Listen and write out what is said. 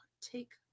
take